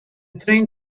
train